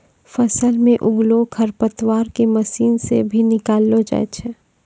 फसल मे उगलो खरपतवार के मशीन से भी निकालो जाय छै